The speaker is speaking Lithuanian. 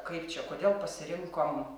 kaip čia kodėl pasirinkom